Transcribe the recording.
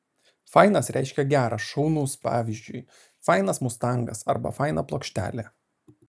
fainas reiškia geras šaunus pavyzdžiui fainas mustangas arba faina plokštelė